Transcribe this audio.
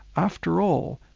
after all,